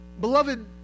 Beloved